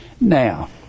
Now